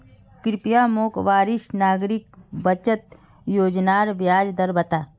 कृप्या मोक वरिष्ठ नागरिक बचत योज्नार ब्याज दर बता